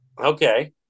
Okay